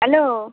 hello